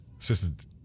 Assistant